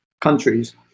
countries